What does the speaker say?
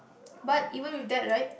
but even with that right